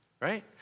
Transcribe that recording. right